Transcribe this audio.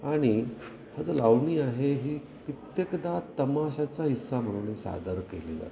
आणि हा जो लावणी आहे ही कित्येकदा तमाशाचा हिस्सा म्हणून मी सादर केली जाते